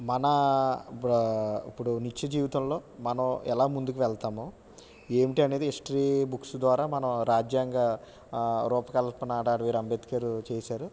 మన బ్ర ఇప్పుడు నిత్య జీవితంలో మనం ఎలా ముందుకు వెళతాము ఏంటి అనేది హిస్టరీ బుక్స్ ద్వారా మనం రాజ్యాంగ రూపకల్పన డాకర్ బిఆర్ అంబేద్కర్ చేశారు